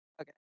Okay